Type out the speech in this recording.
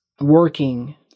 working